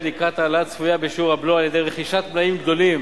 לקראת ההעלאה הצפויה בשיעור הבלו על-ידי רכישת מלאים גדולים